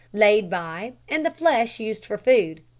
laid by, and the flesh used for food.